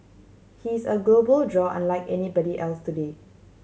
he's a global draw unlike anybody else today